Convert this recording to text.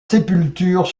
sépultures